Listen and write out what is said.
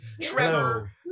Trevor